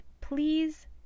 Please